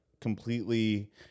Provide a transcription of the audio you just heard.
completely